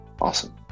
Awesome